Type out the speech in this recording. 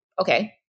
Okay